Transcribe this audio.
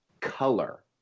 color